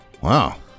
Wow